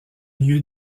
lieu